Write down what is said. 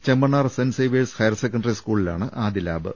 Chemmannar saint Xavier's higher secondary സ്കൂളിലാണ് ആദ്യ lab